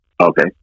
okay